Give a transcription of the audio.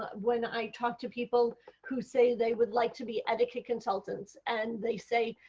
ah when i talk to people who say they would like to be etiquette consultants and they say,